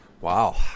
Wow